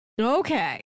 Okay